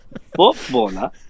footballer